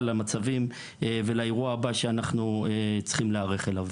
למצבים ולאירוע הבא שאנחנו צריכים להיערך אליו.